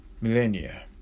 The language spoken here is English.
millennia